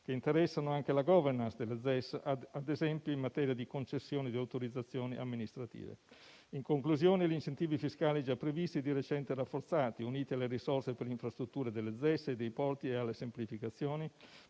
che interessano anche la *governance*, ad esempio in materia di concessioni di autorizzazioni amministrative. In conclusione, gli incentivi fiscali già previsti e di recente rafforzati, uniti alle risorse per infrastrutture delle ZES e dei porti e alle semplificazioni,